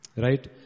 Right